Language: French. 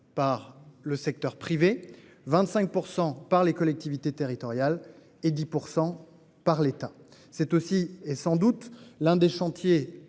par le secteur privé, 25 % par les collectivités territoriales et 10 % par l'État. C'est également l'un des chantiers